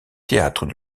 théâtre